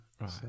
right